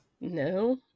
no